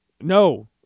no